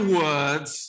words